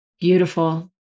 Beautiful